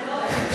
זה לא הבל.